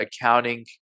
accounting